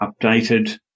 updated